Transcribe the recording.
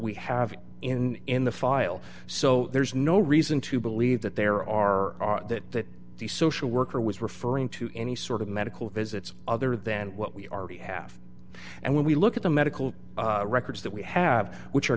we have in in the file so there's no reason to believe that there are that the social worker was referring to any sort of medical visits other than what we already have and when we look at the medical records that we have which are